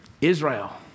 Israel